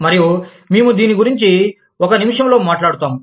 మరియు మేము దీని గురించి ఒక నిమిషం లో మాట్లాడుతాము